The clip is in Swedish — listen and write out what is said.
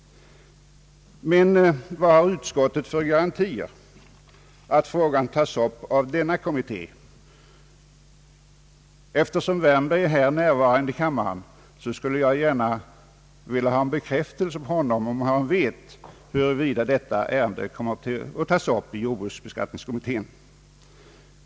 Men vad har utskottet för garantier för att frågan tages upp av denna kommitté? Eftersom herr Wärnberg är närvarande här i kammaren, skulle jag gärna vilja ha ett besked från ho nom, om han vet huruvida detta ärende kommer att tas upp inom jordbruksbeskattningskommittén.